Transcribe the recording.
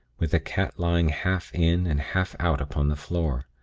with the cat lying half in, and half out upon the floor.